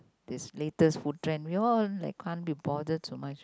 this latest food trend we all like can't be bother so much